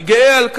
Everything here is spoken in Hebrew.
אני גאה על כך.